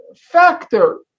factor